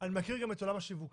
ואני מכיר גם את עולם השיווק